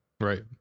Right